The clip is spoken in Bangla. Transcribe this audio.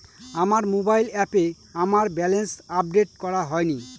আমার মোবাইল অ্যাপে আমার ব্যালেন্স আপডেট করা হয়নি